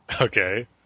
Okay